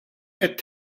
qed